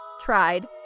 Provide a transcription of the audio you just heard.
tried